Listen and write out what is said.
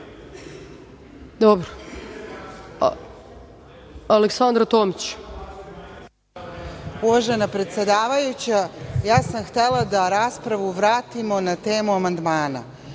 Tomić. **Aleksandra Tomić** Uvažena predsedavajuća, ja sam htela da raspravu vratimo na temu amandmana. Zamolila